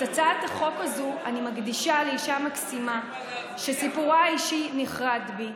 את הצעת החוק הזאת אני מקדישה לאישה מקסימה שסיפורה האישי נחרט בי,